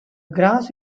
grass